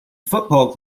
football